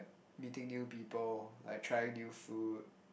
meeting new people like trying new food